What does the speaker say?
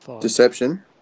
Deception